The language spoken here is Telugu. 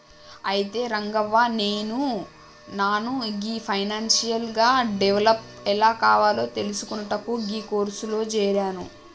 అయితే రంగవ్వ నాను గీ ఫైనాన్షియల్ గా డెవలప్ ఎలా కావాలో తెలిసికొనుటకు గీ కోర్సులో జేరాను